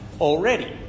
already